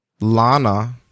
Lana